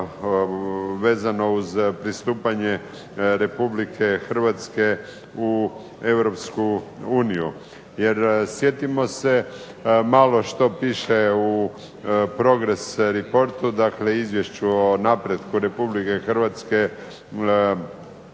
vezano uz pristupanje Republike Hrvatske u Europsku uniju, jer sjetimo se malo što piše u Progres Reportu, dakle izvješću o napretku Republike Hrvatske